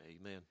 Amen